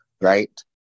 Right